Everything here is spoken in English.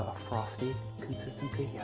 frostie consistency. yeah